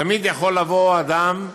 תמיד יכול לבוא אדם,